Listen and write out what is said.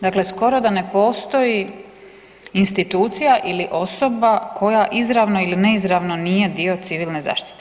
Dakle, skoro da ne postoji institucija ili osoba koja izravno ili neizravno nije dio civilne zaštite.